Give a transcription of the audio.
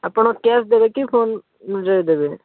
ଆପଣ କ୍ୟାସ୍ ଦେବେକି ଫୋନ୍ରେ ଦେବେ